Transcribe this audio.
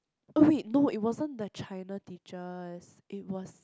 oh wait it wasn't the China teachers it was